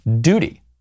duty